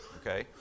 okay